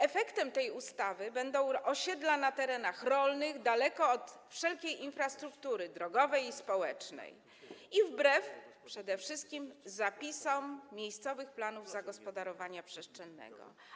Efektem tej ustawy będą osiedla na terenach rolnych, daleko od wszelkiej infrastruktury drogowej i społecznej, przede wszystkim wbrew zapisom miejscowych planów zagospodarowania przestrzennego.